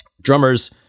drummers